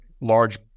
large